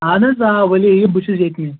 اَہن حظ آ ؤلِو یِیِو بہٕ چھُس ییٚتنٕے